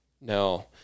No